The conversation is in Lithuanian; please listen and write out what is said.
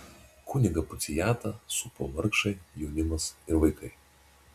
kunigą puciatą supo vargšai jaunimas ir vaikai